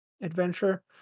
adventure